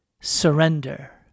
surrender